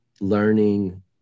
learning